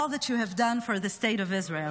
you have done for the State of Israel.